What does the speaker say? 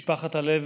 משפחת הלוי,